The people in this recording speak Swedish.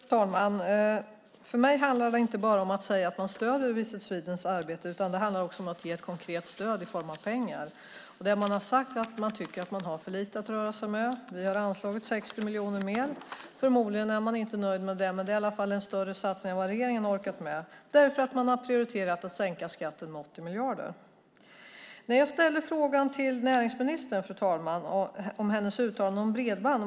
Fru talman! För mig handlar det inte bara om att säga att man stöder Visit Swedens arbete, utan det handlar också om att ge ett konkret stöd i form av pengar. De har sagt att de tycker att de har för lite att röra sig med. Vi har anslagit 60 miljoner mer. Förmodligen är de inte nöjda med det, men det är i alla fall en större satsning än vad regeringen har orkat med eftersom den har prioriterat att sänka skatten med 80 miljarder. Fru talman! Jag ställde en fråga till näringsministern om hennes uttalande om bredband.